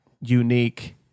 unique